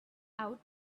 out